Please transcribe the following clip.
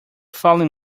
fallen